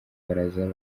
baraza